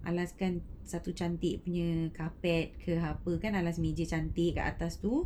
alaskan satu cantik punya carpet ke apa ke alas meja cantik kat atas tu